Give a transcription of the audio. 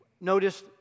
notice